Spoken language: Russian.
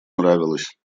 нравилось